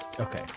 Okay